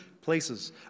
places